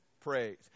praise